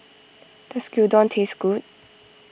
does Gyudon taste good